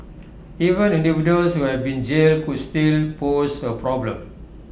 even individuals who have been jailed could still pose A problem